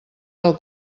del